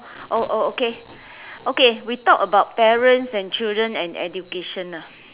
oh oh okay okay we talk about parents and children and education ah